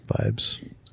vibes